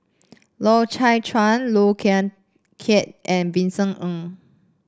Loy Chye Chuan Low Khiang Khia and Vincent Ng